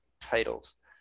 titles